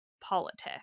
politics